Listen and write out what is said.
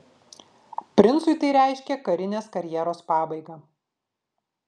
princui tai reiškė karinės karjeros pabaigą